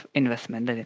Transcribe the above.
investment